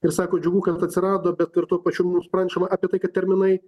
ir sako džiugu kad atsirado bet ir tuo pačiu mums pranešama apie tai kad terminai